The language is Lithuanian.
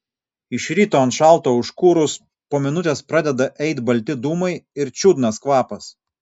iš ryto ant šalto užkūrus po minutės pradeda eit balti dūmai ir čiudnas kvapas